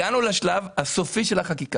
בכנסת ה-20 הגענו לשלב הסופי של החקיקה